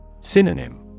Synonym